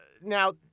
Now